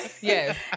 Yes